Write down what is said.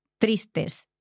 tristes